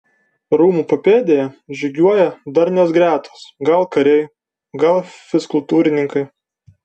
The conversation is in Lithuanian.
rūmų papėdėje žygiuoja darnios gretos gal kariai gal fizkultūrininkai